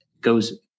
goes